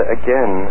again